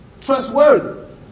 trustworthy